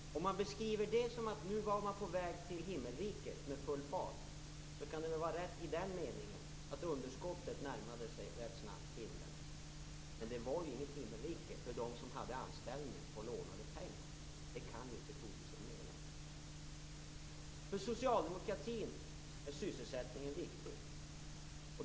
Om man beskriver detta som att man nu var på väg till himmelriket med full fart, kan det vara rätt i den meningen att underskottet rätt snabbt närmade sig himlen. Men det var inget himmelrike för dem som var anställda med lånade pengar. Det kan ju inte Tobisson mena. För socialdemokratin är sysselsättningen viktig.